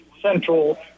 Central